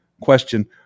question